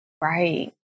Right